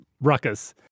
ruckus